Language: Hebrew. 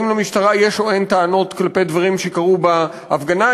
אם למשטרה יש או אין טענות על דברים שקרו בהפגנה.